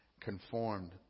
conformed